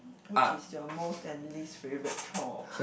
which is your most and least favourite chore